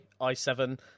i7